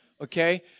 okay